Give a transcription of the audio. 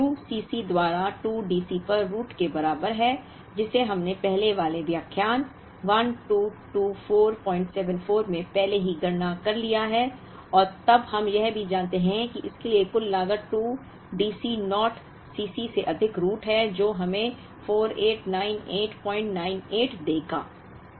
अब Q C c द्वारा 2 DC पर रूट के बराबर है जिसे हमने पहले वाले व्याख्यान 122474 में पहले ही गणना कर लिया है और तब हम यह भी जानते हैं कि इसके लिए कुल लागत 2 DC naught Cc से अधिक रूट है जो हमें 489898 देगा